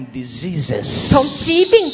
diseases